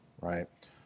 right